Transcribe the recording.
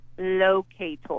Locator